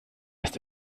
ist